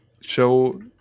show